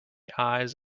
eyes